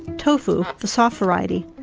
tofu, the soft variety,